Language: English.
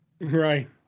Right